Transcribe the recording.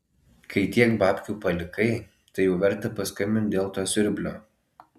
kai tiek babkių palikai tai jau verta paskambint dėl to siurblio